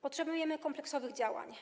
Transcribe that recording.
Potrzebujemy kompleksowych działań.